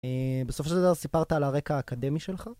בסופו של דבר סיפרת על הרקע האקדמי שלך